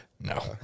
No